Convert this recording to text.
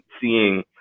seeing